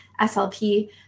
SLP